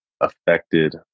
Affected